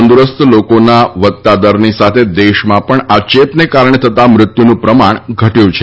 તંદુરસ્ત લોકોના વધતા દરની સાથે દેશમાં પણ આ ચેપને કારણે થતા મૃત્યુનું પ્રમાણ ઘટ્યું છે